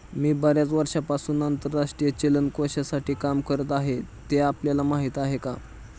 मी बर्याच वर्षांपासून आंतरराष्ट्रीय चलन कोशासाठी काम करत आहे, ते आपल्याला माहीत आहे का?